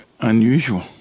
unusual